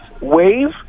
wave